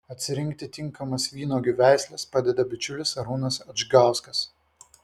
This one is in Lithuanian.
atsirinkti tinkamas vynuogių veisles padeda bičiulis arūnas adžgauskas